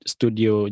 Studio